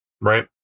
right